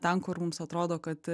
ten kur mums atrodo kad